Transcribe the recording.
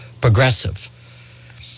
progressive